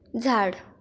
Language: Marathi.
झाड